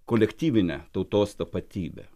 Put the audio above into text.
kolektyvinę tautos tapatybę